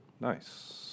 Nice